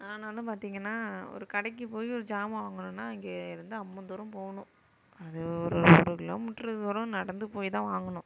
ஆனாலும் பார்த்தீங்கன்னா ஒரு கடைக்கு போய் ஒரு சாமான் வாங்கணும்னா இங்கேயிருந்து அம்மோதூரம் போகணும் அது ஒரு அரை கிலோமீட்டரு தூரம் நடந்து போய் தான் வாங்கணும்